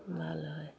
ভালো হয়